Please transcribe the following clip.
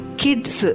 kids